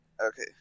Okay